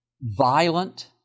violent